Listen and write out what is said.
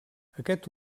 aquest